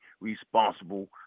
responsible